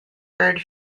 bird